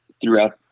throughout